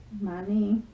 money